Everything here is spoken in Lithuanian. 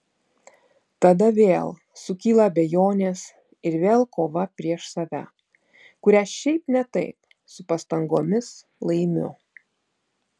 tada vėl sukyla abejonės ir vėl kova prieš save kurią šiaip ne taip su pastangomis laimiu